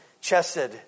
chested